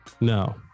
No